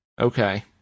okay